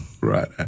right